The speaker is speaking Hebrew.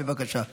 בבקשה.